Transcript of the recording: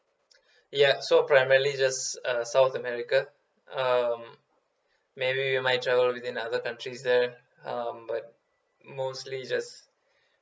ya so primarily just uh south america um maybe we might travel within other countries there uh but mostly just